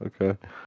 Okay